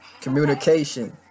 Communication